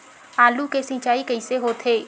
आलू के सिंचाई कइसे होथे?